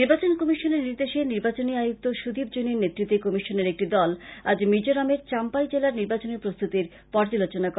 নির্বাচন জন্য কমিশনের নির্দেশে নির্বাচনী আয়ুক্ত সুদীপ জৈনের নেতৃত্বে কমিশনের একটি দল আজ মিজোরামের চাম্পাই জেলার নির্বাচনী প্রস্তুতির পর্যালোচনা করে